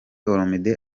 olomide